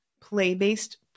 play-based